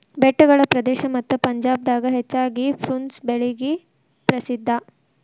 ಬೆಟ್ಟಗಳ ಪ್ರದೇಶ ಮತ್ತ ಪಂಜಾಬ್ ದಾಗ ಹೆಚ್ಚಾಗಿ ಪ್ರುನ್ಸ್ ಬೆಳಿಗೆ ಪ್ರಸಿದ್ಧಾ